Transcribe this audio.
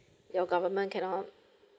your government cannot